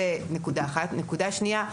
נקודה שנייה.